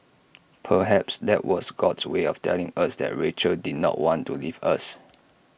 perhaps that was God's way of telling us that Rachel did not want to leave us